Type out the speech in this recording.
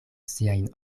siajn